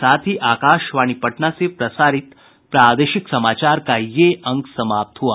इसके साथ ही आकाशवाणी पटना से प्रसारित प्रादेशिक समाचार का ये अंक समाप्त हुआ